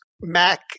mac